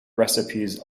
recipes